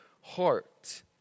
heart